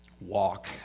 Walk